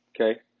Okay